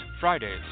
Fridays